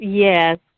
Yes